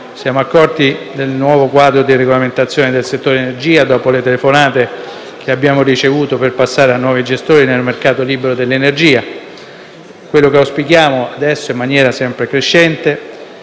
siamo accorti del nuovo quadro di regolamentazione del settore dell'energia dopo le telefonate che abbiamo ricevuto per passare a nuovi gestori nel mercato libero dell'energia. Quello che auspichiamo adesso, in maniera sempre crescente,